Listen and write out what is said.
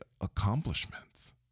accomplishments